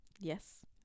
yes